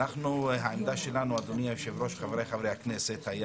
העמדה שלנו, אדוני היושב-ראש, חבריי חברי הכנסת,